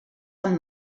amb